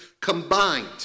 combined